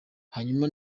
hanyuma